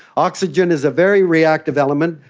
oxygen is a very reactive element.